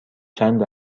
چند